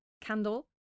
candle